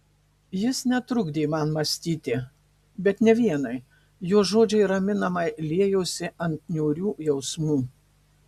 jis netrukdė man mąstyti bet ne vienai jo žodžiai raminamai liejosi ant niūrių jausmų